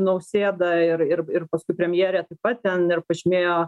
nausėda ir ir ir ir paskui premjerė taip pat ten ir pažymėjo